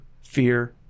fear